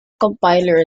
compiler